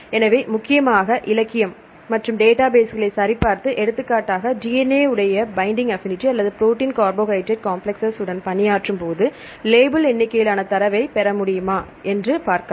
எனவே முக்கியமாக இலக்கியம் மற்றும் டேட்டாபேஸ்களை சரிபார்த்து எடுத்துக்காட்டாக DNA உடைய பைண்டிங் அபினிட்டி அல்லது புரோட்டீன் கார்போஹைட்ரேட் காம்ப்ளஸ்ஸ் உடன் பணியாற்றும் போது லேபிள் எண்ணிக்கையிலான தரவைப் பெற முடியுமா என்று பார்க்கலாம்